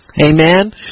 Amen